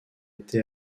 été